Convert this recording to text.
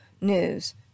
news